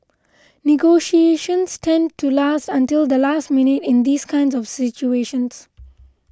negotiations tend to last until the last minute in these kinds of situations